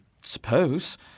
suppose